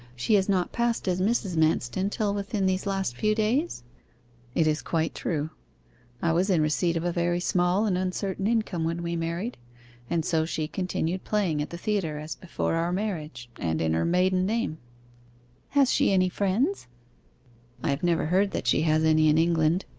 she has not passed as mrs. manston till within these last few days it is quite true i was in receipt of a very small and uncertain income when we married and so she continued playing at the theatre as before our marriage, and in her maiden name has she any friends i have never heard that she has any in england.